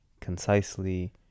concisely